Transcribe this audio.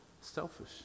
Selfish